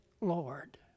Lord